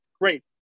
great